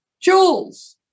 Jules